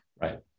Right